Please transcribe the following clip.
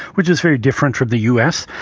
which is very different from the u s.